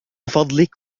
فضلك